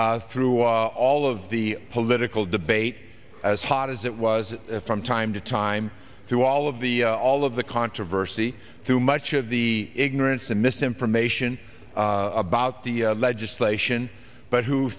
through all of the political debate as hot as it was from time to time through all of the all of the controversy too much of the ignorance and misinformation about the legislation but who